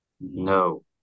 No